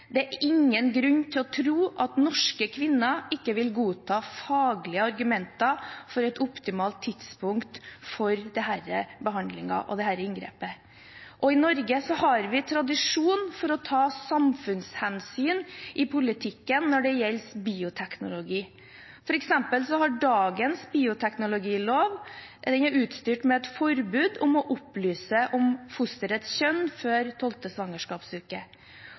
Det er ingen grunn til å tro at norske kvinner ikke vil godta faglige argumenter for et optimalt tidspunkt for denne behandlingen og dette inngrepet. I Norge har vi tradisjon for å ta samfunnshensyn i politikken når det gjelder bioteknologi. For eksempel er dagens bioteknologilov utstyrt med et forbud mot å opplyse om fosterets kjønn før tolvte